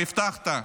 והבטחת,